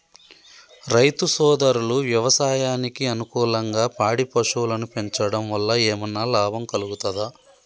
రైతు సోదరులు వ్యవసాయానికి అనుకూలంగా పాడి పశువులను పెంచడం వల్ల ఏమన్నా లాభం కలుగుతదా?